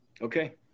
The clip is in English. Okay